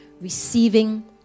receiving